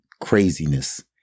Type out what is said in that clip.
craziness